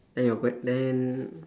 then your que~ then